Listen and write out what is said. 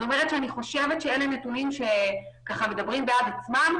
אני חושבת שאלו נתונים שמדברים בעד עצמם.